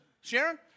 Sharon